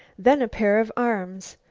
then a pair of arms.